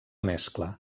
mescla